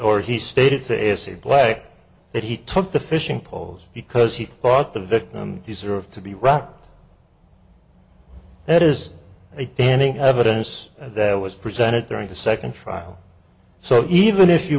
or he stated to if he bled that he took the fishing poles because he thought the victim deserve to be rock that is a damning evidence that was presented during the second trial so even if you